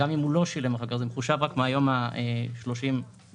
גם אם הוא לא שילם אחר כך זה מחושב רק מן היום השלושים ואילך.